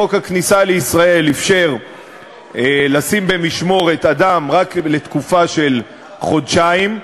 חוק הכניסה לישראל אִפשר לשים במשמורת אדם רק לתקופה של חודשיים.